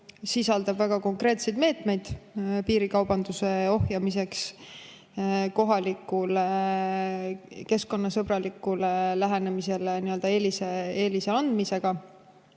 sisaldab väga konkreetseid meetmeid piirikaubanduse ohjamiseks kohalikule keskkonnasõbralikule lähenemisele eelise andmisega.